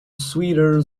sweeter